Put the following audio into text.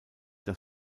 das